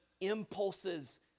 impulses